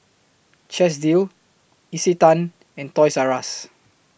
Chesdale Isetan and Toys R US